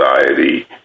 society